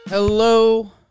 Hello